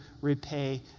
repay